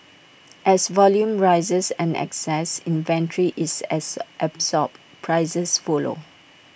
as volume rises and excess inventory is as absorbed prices follow